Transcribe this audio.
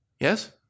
Yes